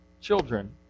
children